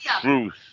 truth